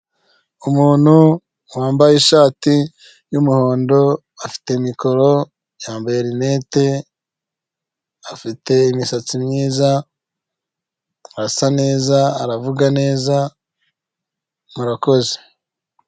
Umuntu wambaye ishati y'umuhondo afite mikoro, yambaye rinete, afite imisatsi myiza, arasa neza, aravuga neza, murakoze.